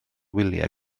wyliau